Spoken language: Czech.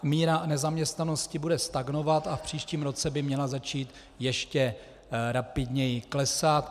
Míra nezaměstnanosti bude stagnovat a v příštím roce by měla začít ještě rapidněji klesat.